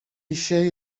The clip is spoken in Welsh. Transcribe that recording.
eisiau